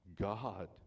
God